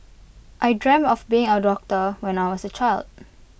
I dreamt of being A doctor when I was A child